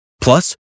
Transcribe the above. Plus